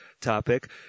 topic